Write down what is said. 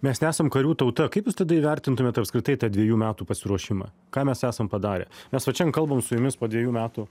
mes nesam karių tauta kaip jūs tada įvertintumėt apskritai tą dvejų metų pasiruošimą ką mes esam padarę mes vat šiandien kalbam su jumis po dvejų metų